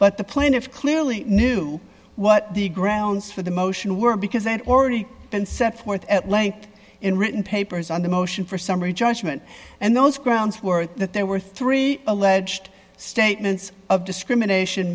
but the plaintiff clearly knew what the grounds for the motion were because they had already been set forth at length in written papers on the motion for summary judgment and those grounds were that there were three alleged statements of discrimination